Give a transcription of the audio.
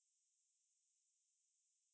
what is it about it's about how